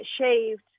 shaved